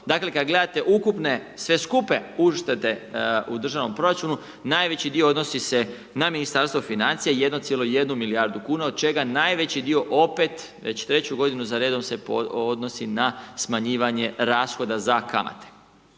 dakle, kada gledate ukupne, sve skupe uštede u državnom proračunu, najveći dio odnosi se na Ministarstvo financija, 1,1 milijardu kn, od čega najveći dio, opet, već 3 g. za redom, se odnosi na smanjivanje rashoda za kamate.